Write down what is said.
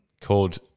called